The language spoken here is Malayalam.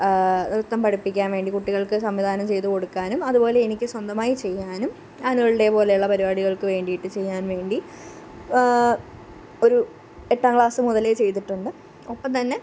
നൃത്തം പഠിപ്പിക്കാന് വേണ്ടി കുട്ടികള്ക്ക് സംവിധാനം ചെയ്തു കൊടുക്കാനും അതുപോലെ എനിക്ക് സ്വന്തമായി ചെയ്യാനും ആനുവല് ഡേ പോലെയുള്ള പരിപാടികള്ക്ക് വേണ്ടിയിട്ട് ചെയ്യാന് വേണ്ടി ഒരു എട്ടാം ക്ലാസ്സ് മുതലേ ചെയ്തിട്ടുണ്ട് ഒപ്പം തന്നെ